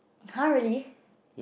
!huh! really